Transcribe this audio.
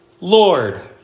Lord